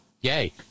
Yay